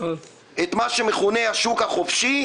את מה שמכונה השוק החופשי,